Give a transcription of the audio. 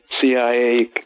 CIA